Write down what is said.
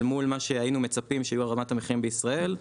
אל מול מה שהיינו מצפים שיהיו רמת המחירים בישראל,